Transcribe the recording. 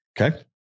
Okay